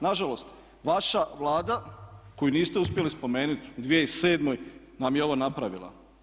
Na žalost, vaša Vlada koju niste uspjeli spomenuti u 2007. nam je ovo napravila.